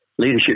Leadership